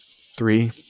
three